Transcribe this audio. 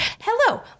Hello